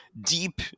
deep